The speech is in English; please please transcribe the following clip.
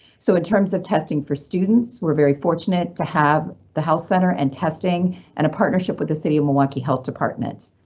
so in terms of testing for students, we're very fortunate to have the health center and testing and a partnership with the city of milwaukee health department.